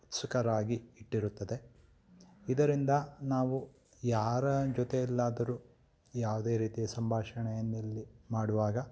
ಉತ್ಸುಕರಾಗಿ ಇಟ್ಟಿರುತ್ತದೆ ಇದರಿಂದ ನಾವು ಯಾರ ಜೊತೆಯಲ್ಲಾದರು ಯಾವುದೇ ರೀತಿಯ ಸಂಭಾಷಣೆಯನ್ನಿಲ್ಲಿ ಮಾಡುವಾಗ